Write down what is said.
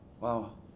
Wow